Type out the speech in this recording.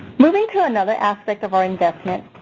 moving to another aspect of our investment,